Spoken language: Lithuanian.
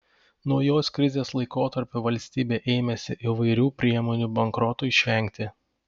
naujos krizės laikotarpiu valstybė ėmėsi įvairių priemonių bankrotui išvengti